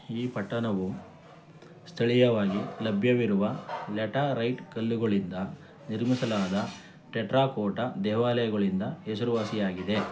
ಈ ಪಟ್ಟಣವು ಸ್ಥಳೀಯವಾಗಿ ಲಭ್ಯವಿರುವ ಲ್ಯಾಟರೈಟ್ ಕಲ್ಲುಗಳಿಂದ ನಿರ್ಮಿಸಲಾದ ಟೆಟ್ರಾಕೋಟಾ ದೇವಾಲಯಗಳಿಂದ ಹೆಸರುವಾಸಿಯಾಗಿದೆ